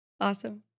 Awesome